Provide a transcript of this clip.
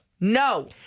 No